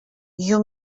you